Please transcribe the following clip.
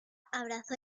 abrazó